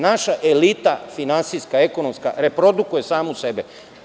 Naša elita, finansijska, ekonomska, reprodukuje samo sebe.